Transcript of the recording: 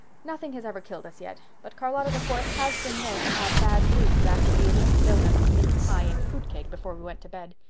nothing has ever killed us yet but charlotta the fourth has been known to have bad dreams after we had eaten doughnuts and mince pie and fruit cake before we went to bed.